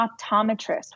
optometrist